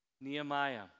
Nehemiah